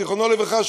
זיכרונו לברכה,